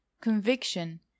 conviction